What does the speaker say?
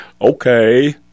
Okay